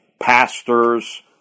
pastors